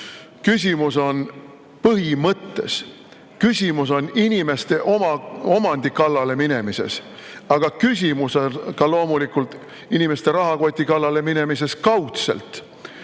Küsimus on põhimõttes. Küsimus on inimeste omandi kallale minemises, aga küsimus on ka loomulikult inimeste rahakoti kallale minemises kaudselt